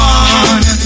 one